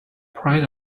pride